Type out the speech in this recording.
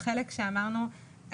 החלק שאמרנו,